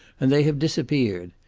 and they have disappeared.